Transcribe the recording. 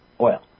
oil